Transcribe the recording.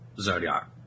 Zodiac